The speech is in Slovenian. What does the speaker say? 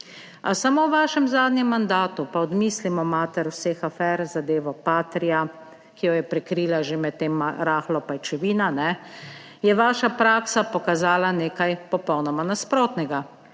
samo v vašem zadnjem mandatu - pa odmislimo mater vseh afer, zadevo Patria, ki jo je prikrila že med tem rahlo pajčevina, ne - je vaša praksa pokazala nekaj popolnoma nasprotnega.